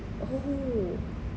!oho! oh